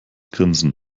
grinsen